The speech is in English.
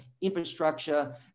infrastructure